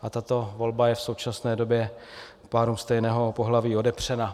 A tato volba je v současné době párům stejného pohlaví odepřena.